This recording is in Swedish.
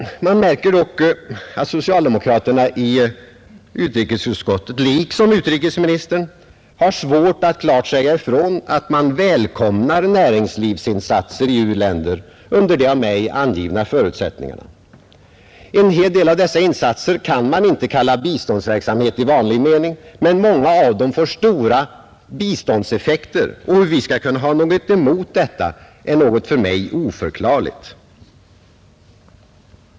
Man märker dock att socialdemokraterna i utrikesutskottet, liksom utrikesministern, har svårt att klart säga ifrån, att man välkomnar näringslivsinsatser i u-länderna under de av mig angivna förutsättningarna. En hel del av dessa insatser kan man inte kalla biståndsverksamhet i vanlig mening, men många av dem får stora biståndseffekter, och hur vi skall kunna ha något emot detta är för mig oförklarligt.